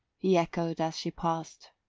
he echoed as she paused.